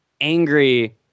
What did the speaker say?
angry